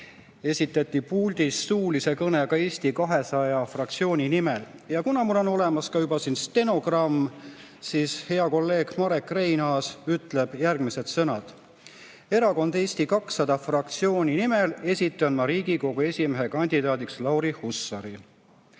esitati ta puldis suulises kõnes Eesti 200 fraktsiooni nimel. Ja mul on juba olemas ka stenogramm. Hea kolleeg Marek Reinaas ütleb järgmised sõnad: "Erakond Eesti 200 fraktsiooni nimel esitan ma Riigikogu esimehe kandidaadiks Lauri Hussari."